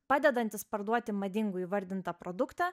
padedantis parduoti madingu įvardintą produktą